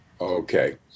Okay